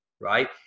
right